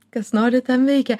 kas nori tam veikia